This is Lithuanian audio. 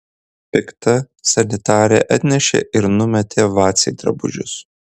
pikta sanitarė atnešė ir numetė vacei drabužius